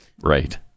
right